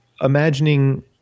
imagining